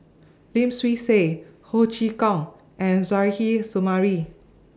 Lim Swee Say Ho Chee Kong and Suzairhe Sumari